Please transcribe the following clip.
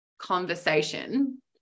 conversation